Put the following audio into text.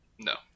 No